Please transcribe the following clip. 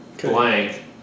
blank